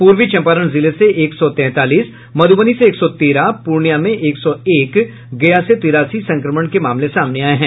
पूर्वी चम्पारण जिले से एक सौ तैंतालीस मधुबनी से एक सौ तेरह पूर्णियां में एक सौ एक गया से तिरासी संक्रमण के मामले सामने आये हैं